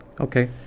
Okay